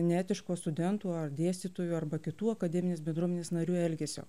neetiško studentų ar dėstytojų arba kitų akademinės bendruomenės narių elgesio